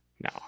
No